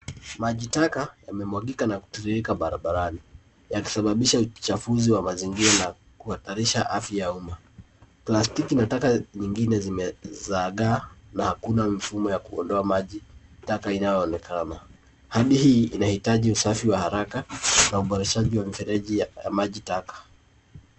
Maji taka yamemwagika na kutiririka barabarani yakisababisha uchafuzi wa mazingira na kuatharisha afya ya umma. Plastiki na taka nyingingine zimezagaa na hakuna mfumo ya kuondoa maji na taka inayoonekana. Hali hii inahitaji usafi wa haraka na uboreshaji wa mifereji ya maji taka.